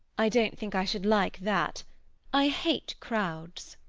i don't think i should like that i hate crowds.